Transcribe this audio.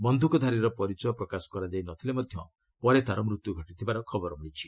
ବନ୍ଧୁକଧାରୀର ପରିଚୟ ପ୍ରକାଶ କରାଯାଇ ନ ଥିଲେ ମଧ୍ୟ ପରେ ତା'ର ମୃତ୍ୟୁ ଘଟିଥିବାର ଖବର ମିଳିଛି